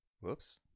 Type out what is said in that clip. Whoops